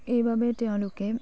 এইবাবে তেওঁলোকে